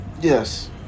Yes